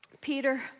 Peter